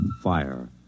fire